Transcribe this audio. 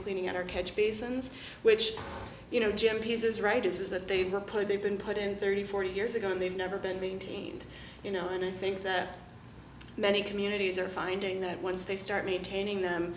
cleaning our catch basins which you know jim pieces right is that they were put they've been put in thirty forty years ago and they've never been maintained you know and i think that many communities are finding that once they start maintaining them